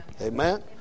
Amen